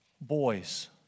boys